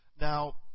Now